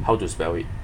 how to spell it